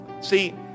See